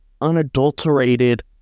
unadulterated